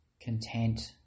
content